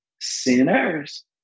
sinners